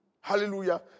Hallelujah